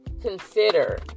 consider